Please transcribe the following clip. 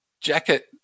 jacket